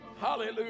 Hallelujah